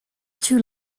too